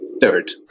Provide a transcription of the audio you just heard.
Third